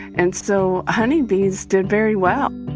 and so honeybees did very well